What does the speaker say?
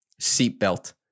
seatbelt